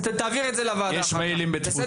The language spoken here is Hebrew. אז תעביר את זה לוועדה, בסדר?